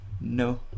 no